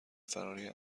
فراری